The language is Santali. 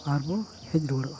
ᱟᱨ ᱵᱚᱱ ᱦᱮᱡ ᱨᱩᱣᱟᱹᱲᱚᱜᱼᱟ